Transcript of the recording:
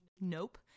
Nope